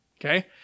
Okay